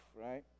right